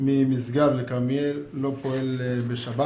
ממשגב לכרמיאל לא פועל בשבת.